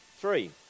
Three